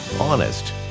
Honest